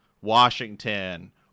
Washington